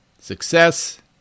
success